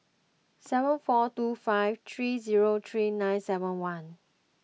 seven four two five three zero three nine seven one